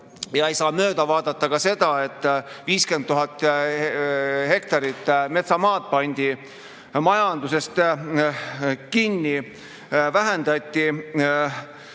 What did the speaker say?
ja ei saa mööda vaadata sellest, et 50 000 hektarit metsamaad pandi majanduse [mõttes] kinni, vähendati